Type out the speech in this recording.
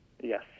Yes